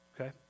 Okay